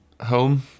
home